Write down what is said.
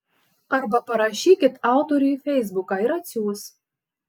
arba parašykit autoriui į feisbuką ir atsiųs